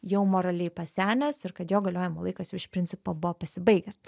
jau moraliai pasenęs ir kad jo galiojimo laikas jau iš principo buvo pasibaigęs